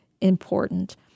important